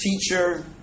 teacher